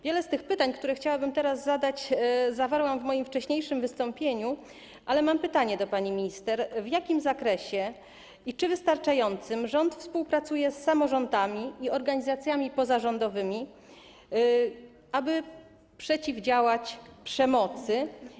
Wiele z pytań, które chciałabym teraz zadać, zawarłam w moim wcześniejszym wystąpieniu, ale mam pytanie do pani minister: W jakim zakresie - czy w wystarczającym - rząd współpracuje z samorządami i organizacjami pozarządowymi, aby przeciwdziałać przemocy?